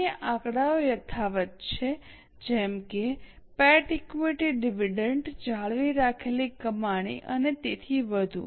અન્ય આંકડાઓ યથાવત છે જેમ કે પેટ ઇક્વિટી ડિવિડન્ડ જાળવી રાખેલી કમાણી અને તેથી વધુ